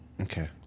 Okay